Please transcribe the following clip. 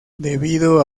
debido